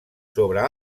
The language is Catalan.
sobre